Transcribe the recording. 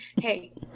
hey